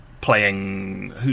playing